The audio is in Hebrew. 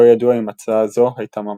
לא ידוע אם הצעה זו הייתה ממשית.